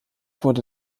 wurde